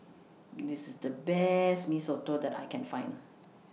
This IS The Best Mee Soto that I Can Find